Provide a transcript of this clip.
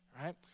Right